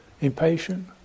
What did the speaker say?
Impatient